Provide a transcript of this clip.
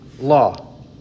law